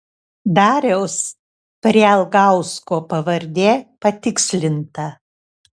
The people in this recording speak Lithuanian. dariaus prialgausko pavardė patikslinta